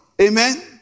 Amen